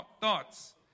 thoughts